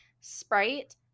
Sprite